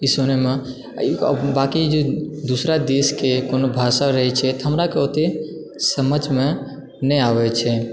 ई सुनयमे बाँकि जे दुसरा देशके कोनो भाषा रहै छथि हमरा ओते समझमे नहि आबै छै